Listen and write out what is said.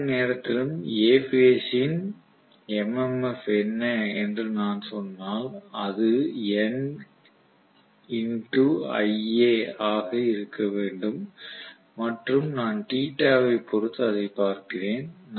எந்த நேரத்திலும் A phase ன் MMF என்ன என்று நான் சொன்னால் இது ஆக இருக்க வேண்டும் மற்றும் நான் θ ஐப் பொறுத்து அதை பார்க்கிறேன்